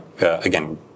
again